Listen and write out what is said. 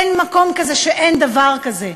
אין מקום שאין דבר כזה,